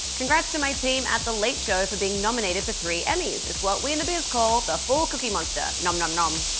congrats to my team at the late show for being nominated for three emmys! it's what we in the biz call the full cookie monster nom, nom, nom!